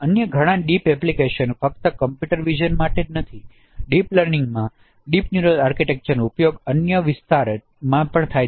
અન્ય ઘણા ડીપ એપ્લિકેશનો ફક્ત કમ્પ્યુટર વીજન જ નથી ડીપ લર્નિંગમાં ડીપ ન્યુરલ આર્કિટેક્ચરનો ઉપયોગ અન્ય વિસ્તારોમાં પણ થાય છે